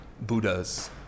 buddhas